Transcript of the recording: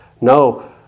No